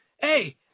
hey